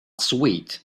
sweet